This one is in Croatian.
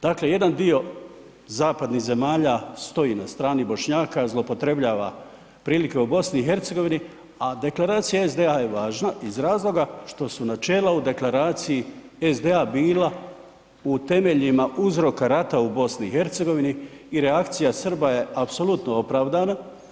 Dakle jedan dio zapadnih zemalja stoji na strani Bošnjaka, zloupotrebljava prilike u BiH, a Deklaracija SDA je važna iz razloga što su načela u Deklaraciji SDA bila u temeljima uzroka rata u BiH i reakcija Srba je apsolutno opravdana.